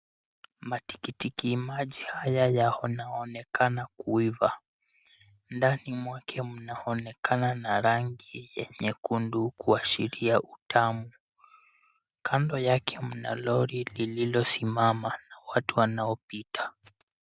Matikiti maji haya yanaonekana kuiva. Ndani mwake mnaonekana na rangi ya nyekundu kuashiria utamu. Kando yake mna lori lililosimama na watu wanaopita.